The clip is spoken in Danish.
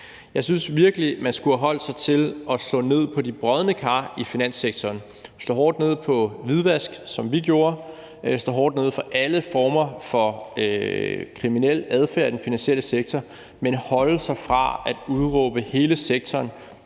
Jeg synes virkelig, at man skulle have holdt sig til at slå ned på de brodne kar i finanssektoren; slå hårdt ned på hvidvask, som vi gjorde, og slå hårdt ned på alle former for kriminel adfærd i den finansielle sektor, men holde sig fra at udråbe hele sektoren